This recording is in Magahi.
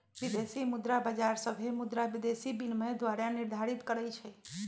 विदेशी मुद्रा बाजार सभे मुद्रा विदेशी विनिमय दर निर्धारित करई छई